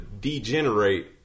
degenerate